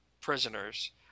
prisoners –